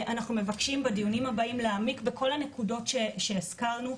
ואנחנו מבקשים בדיונים הבאים להעמיק בכל הנקודות שהזכרנו.